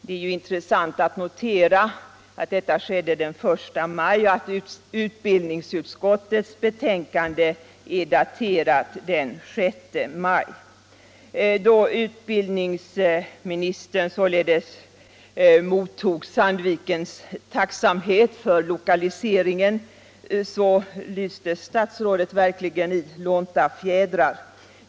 Det är intressant att notera att detta skedde den 1 maj och att utbildningsutskottets betänkande är daterat den 6 maj. Då utbildningsministern således mottog Sandvikens tacksamhet för lokaliseringen ståtade statsrådet verkligen i lånta fjädrar.